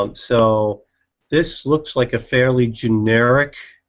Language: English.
um so this looks like a fairly generic.